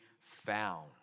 found